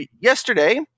yesterday